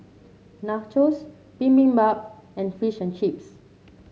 Nachos Bibimbap and Fish and Chips